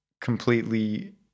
completely